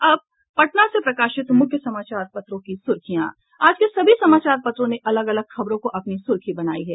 और अब पटना से प्रकाशित प्रमुख समाचार पत्रों की सुर्खियां आज के सभी समाचार पत्रों ने अलग अलग खबरों को अपनी सुर्खी बनायी है